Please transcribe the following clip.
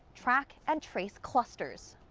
track and trace clusters.